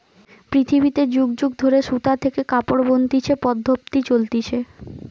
পৃথিবীতে যুগ যুগ ধরে সুতা থেকে কাপড় বনতিছে পদ্ধপ্তি চলতিছে